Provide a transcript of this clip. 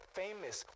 famous